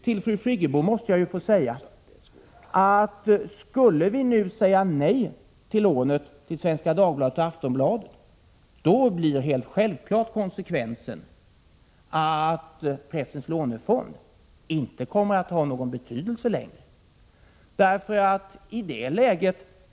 Till Birgit Friggebo måste jag ju få säga, att skulle vi nu säga nej till lånet till Svenska Dagbladet och Aftonbladet, blir helt självklart konsekvensen att pressens lånefond inte kommer att ha någon betydelse längre.